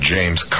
James